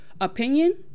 opinion